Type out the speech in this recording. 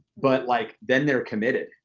but like then they're committed.